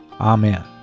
Amen